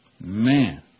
man